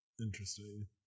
interesting